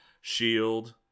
shield